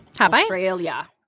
Australia